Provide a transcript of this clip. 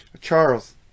Charles